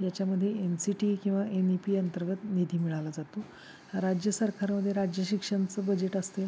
याच्यामध्ये N C T किंवा N E P अंतर्गत निधी मिळाला जातो राज्य सरकारमधे राज्य शिक्षणाचं बजेट असते